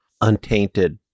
untainted